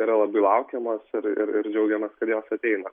yra labai laukiamos ir ir ir džiaugiamės kad jos ateina